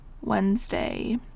Wednesday